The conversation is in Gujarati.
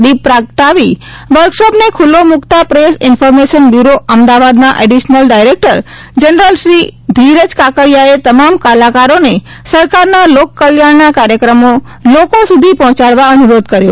દિપ પ્રગટાવી વર્કશોપને ખુલ્લો મુક્તાં પ્રેસ ઇન્ફરમેશન બ્યુરો અમદાવાદના additional director general Shri Dhiraj કાકડીયાએ તમામ કલાકારોને સરકારના લોકકલ્યાણના કાર્યક્રમો લોકો સુદી પહોંચાડવા અનુરોધ કર્યો